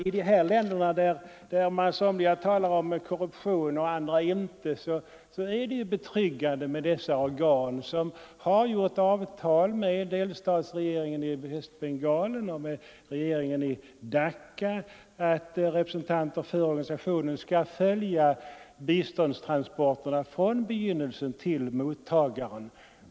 I dessa länder, där somliga talar om korruption och andra inte, är det ju betryggande att ha ett sådant organ som gjort avtal med delstatsregeringen i Västbengalen och med regeringen i Dacca om att representanter för organisationen skall följa biståndstransporterna från början och fram till mottagaren.